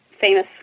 famous